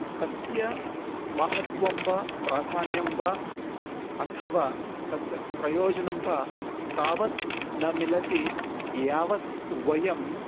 तस्य महत्वं वा प्राधान्यं वा अथवा तस्य प्रयोजनं वा तावत् न मिलति यावत् वयं